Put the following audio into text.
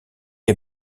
est